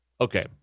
okay